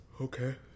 Okay